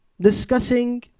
discussing